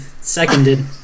Seconded